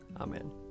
Amen